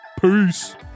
Peace